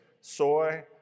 soy